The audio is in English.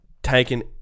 Taken